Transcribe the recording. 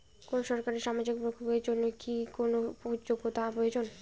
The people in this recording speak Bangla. কোনো সরকারি সামাজিক প্রকল্পের জন্য কি কোনো যোগ্যতার প্রয়োজন?